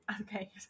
okay